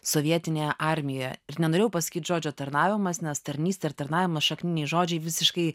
sovietinėje armijoje ir nenorėjau pasakyti žodžio tarnavimas nes tarnystė ir tarnavimas šakniniai žodžiai visiškai